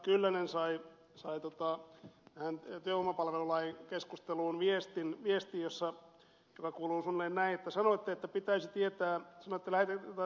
kyllönen sai työvoimapalvelulain keskusteluun ja joka kuuluu suunnilleen näin sanoo että pitäisi tietää sotilaiden hyvä